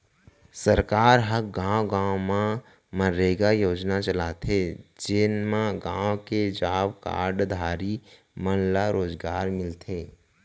सरकार ह गाँव गाँव म मनरेगा योजना चलाथे जेन म गाँव के जॉब कारड धारी मन ल रोजगार मिलथे